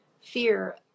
fear